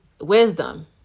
Wisdom